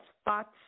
spots